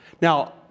Now